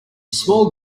small